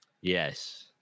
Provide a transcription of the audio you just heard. Yes